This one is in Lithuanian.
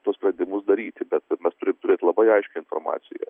tuos sprendimus daryti bet mes turim turėti labai aiškią informaciją